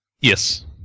Yes